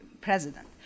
president